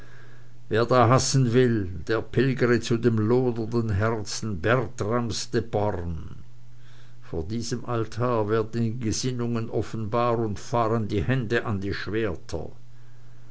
wer da hassen will der pilgere zu dem lodernden herzen bertrams de born vor diesem altar werden die gesinnungen offenbar und fahren die hände an die schwerter